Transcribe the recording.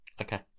Okay